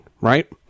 right